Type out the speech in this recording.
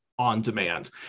on-demand